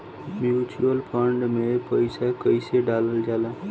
Mutual fund मे पईसा कइसे डालल जाला?